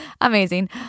Amazing